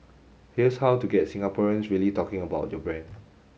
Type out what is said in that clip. here's how to get Singaporeans really talking about your brand